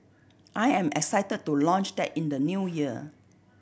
I am excited to launch that in the New Year